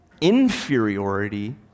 inferiority